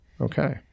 Okay